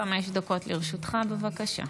חמש דקות לרשותך, בבקשה.